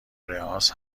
رآس